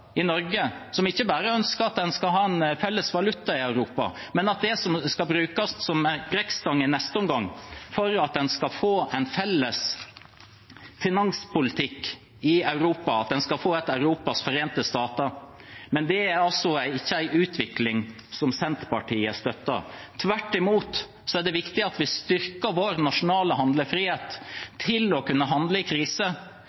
i Norge som ikke bare ønsker at en skal ha en felles valuta i Europa, men at det skal brukes som en brekkstang i neste omgang for at en skal få en felles finanspolitikk i Europa, at en skal få et Europas forente stater, men det er altså ikke en utvikling som Senterpartiet støtter. Tvert imot er det viktig at vi styrker vår nasjonale